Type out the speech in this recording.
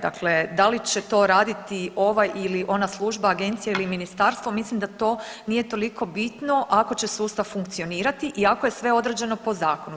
Dakle, da li će to raditi ovaj ili ona služba agencija ili ministarstvo mislim da to nije toliko bitno ako će sustav funkcionirati i ako je sve određeno po zakonu.